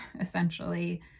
essentially